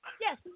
Yes